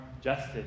justice